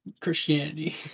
Christianity